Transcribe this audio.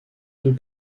deux